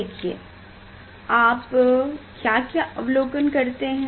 देखिए आप क्या क्या अवलोकन करते हैं